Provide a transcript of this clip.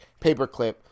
paperclip